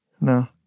No